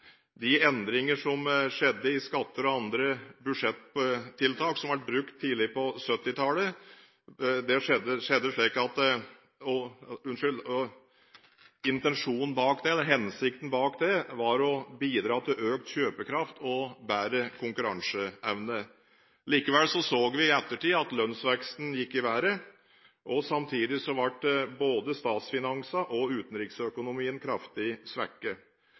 de endringer som skjedde når det gjelder skatter og andre budsjettiltak, som ble brukt tidlig på 1970-tallet, var å bidra til økt kjøpekraft og bedre konkurranseevne. Likevel så vi i ettertid at lønnsveksten gikk i været, og samtidig ble både statsfinanser og utenriksøkonomien kraftig svekket.